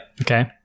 Okay